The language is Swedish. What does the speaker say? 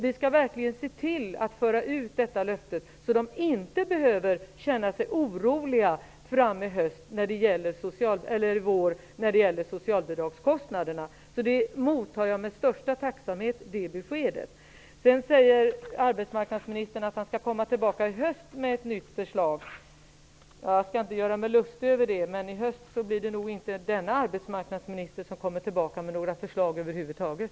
Vi skall verkligen se till att föra ut detta löfte så att de inte behöver känna sig oroliga när det gäller socialbidragskostnaderna fram i vår. Det beskedet mottar jag med största tacksamhet. Arbetsmarknadsministern sade att han skall komma tillbaka med ett nytt förslag i höst. Jag skall inte göra mig lustig över det, men i höst blir det nog inte denna arbetsmarknadsminister som kommer tillbaka med några förslag över huvud taget.